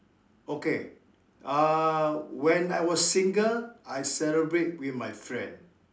okay uh when I was single I celebrate with my friend